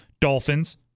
dolphins